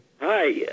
Hi